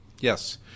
Yes